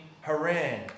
Haran